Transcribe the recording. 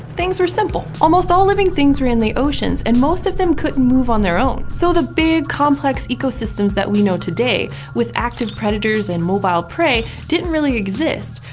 things were simple. almost all living things were in the oceans, and most of them couldn't move on their own. so, the big, complex ecosystems that we know today with active predators and mobile prey didn't really exist.